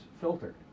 filtered